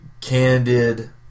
candid